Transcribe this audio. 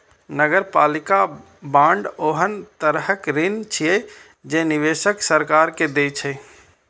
नगरपालिका बांड ओहन तरहक ऋण छियै, जे निवेशक सरकार के दै छै